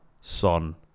Son